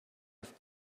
have